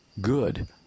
good